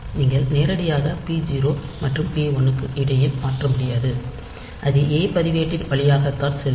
நீங்கள் நேரடியாக p0 மற்றும் p1 க்கு இடையில் மாற்ற முடியாது அது ஏ பதிவேட்டின் வழியாகத்தான் செல்லும்